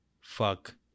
fuck